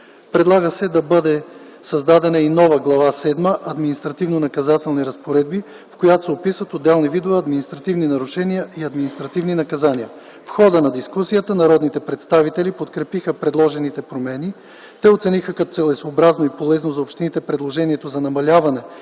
Предлага се да бъде създадена и нова Глава седма „Административнонаказателни разпоредби”, в която се описват отделните видове административни нарушения и административни наказания. В хода на дискусията народните представители подкрепиха предложените промени. Те оцениха като целесъобразно и полезно за общините предложението за намаляване